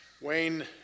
Wayne